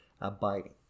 abiding